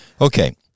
Okay